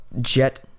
jet